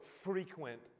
frequent